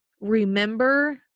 remember